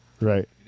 Right